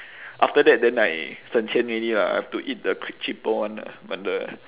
after that then I 省钱 already lah I have to eat the quick cheaper one lah but the